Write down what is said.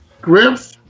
Griff